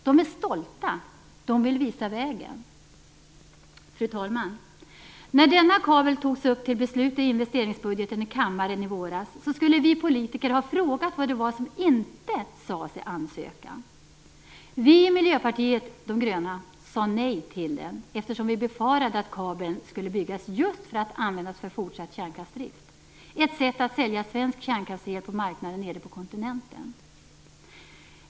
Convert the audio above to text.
Man är stolt, och man vill visa vägen. Fru talman! När denna kabel togs upp till beslut i investeringsbudgeten i kammaren i våras skulle vi politiker ha frågat vad det var som inte sades i ansökan. Vi i Miljöpartiet de gröna sade nej, eftersom vi befarade att kabeln skulle byggas just för att användas för fortsatt kärnkraftsdrift - ett sätt att sälja svensk kärnkraftsel på marknaden nere på kontinenten.